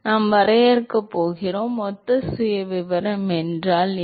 நாம் வரையறுக்கப் போகிறோம் ஒத்த சுயவிவரம் என்றால் என்ன